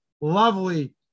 lovely